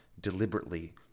deliberately